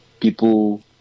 people